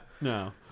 no